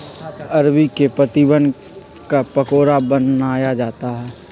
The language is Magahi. अरबी के पत्तिवन क पकोड़ा बनाया जाता है